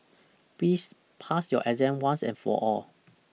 please pass your exam once and for all